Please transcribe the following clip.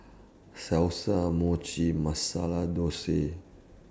Salsa Mochi Masala Dosa